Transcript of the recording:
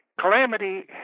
Calamity